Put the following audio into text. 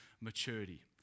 maturity